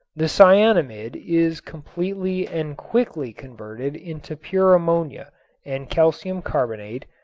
the cyanamid is completely and quickly converted into pure ammonia and calcium carbonate,